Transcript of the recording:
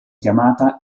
chiamata